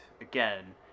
again